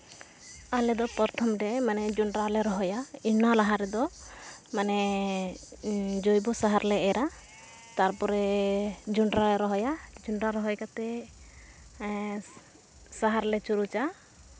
ᱟᱞᱮᱫᱚ ᱯᱨᱚᱛᱷᱚᱢ ᱨᱮ ᱢᱟᱱᱮ ᱡᱚᱸᱰᱨᱟ ᱞᱮ ᱨᱚᱦᱚᱭᱟ ᱤᱱᱟᱹ ᱞᱟᱦᱟ ᱨᱮᱫᱚ ᱢᱟᱱᱮ ᱡᱳᱭᱵᱳ ᱥᱟᱦᱟᱨ ᱞᱮ ᱮᱨᱟ ᱛᱟᱨᱯᱚᱨᱮ ᱡᱚᱸᱰᱨᱟ ᱨᱚᱦᱚᱭᱟ ᱡᱚᱸᱰᱨᱟ ᱨᱚᱦᱚᱭ ᱠᱟᱛᱮᱫ ᱥᱟᱦᱟᱨ ᱞᱮ ᱪᱩᱨᱩᱪᱟ